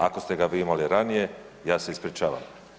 Ako ste ga vi imali ranije, ja se ispričavam.